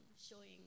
showing